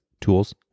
tools